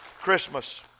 Christmas